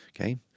Okay